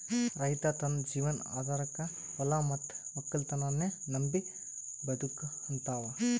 ರೈತ್ ತನ್ನ ಜೀವನ್ ಆಧಾರಕಾ ಹೊಲಾ ಮತ್ತ್ ವಕ್ಕಲತನನ್ನೇ ನಂಬಿ ಬದುಕಹಂತಾವ